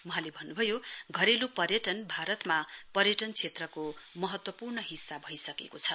वहाँले भन्नभयो घरेलु पर्यटन भारतमा पर्यटन क्षेत्रको महत्वपूर्ण हिस्सा भइसकेको छ